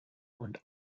und